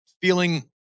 feeling